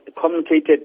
communicated